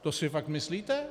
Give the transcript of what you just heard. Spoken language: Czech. To si fakt myslíte?